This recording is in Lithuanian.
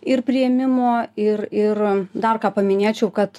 ir priėmimo ir ir dar ką paminėčiau kad